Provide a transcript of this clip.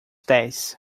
dez